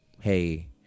hey